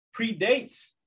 predates